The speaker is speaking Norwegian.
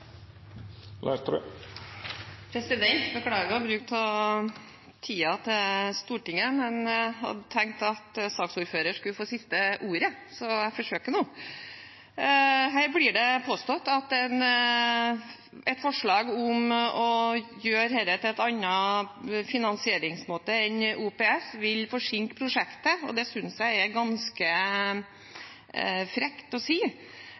på. Beklager å bruke av tiden til Stortinget, men jeg hadde tenkt at saksordføreren skulle få siste ordet, så jeg forsøker nå. Her blir det påstått at et forslag om å gjøre dette med en annen finansieringsmåte enn OPS, vil forsinke prosjektet. Det synes jeg er ganske frekt å si.